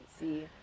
see